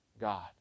God